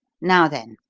now, then,